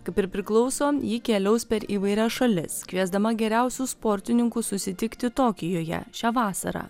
kaip ir priklauso ji keliaus per įvairias šalis kviesdama geriausius sportininkus susitikti tokijuje šią vasarą